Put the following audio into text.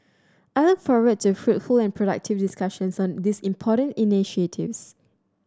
I look forward to fruitful and productive discussions on these important initiatives